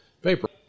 paper